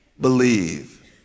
believe